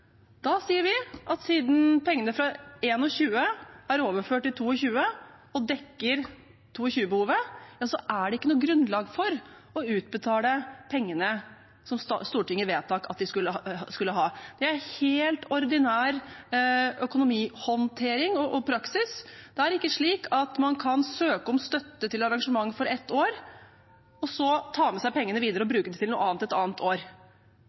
Da sier vi at siden pengene fra 2021 er overført til 2022 og dekker 2022-behovet, er det ikke noe grunnlag for å utbetale pengene som Stortinget vedtok at de skulle ha. Det er helt ordinær økonomihåndtering og praksis. Det er ikke slik at man kan søke om støtte til arrangement for et år og så ta med seg pengene videre og bruke dem til noe annet et annet år.